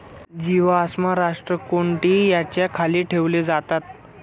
जीवाश्म रोस्ट्रोकोन्टि याच्या खाली ठेवले जातात